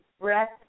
breath